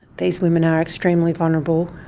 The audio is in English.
these women are extremely vulnerable.